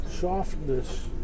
softness